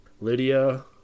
Lydia